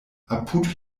apud